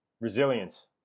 Resilience